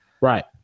Right